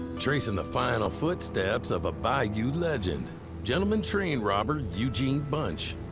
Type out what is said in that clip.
tracing the final footsteps of a bayou legend gentleman train robber eugene bunch.